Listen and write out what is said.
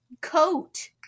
Coat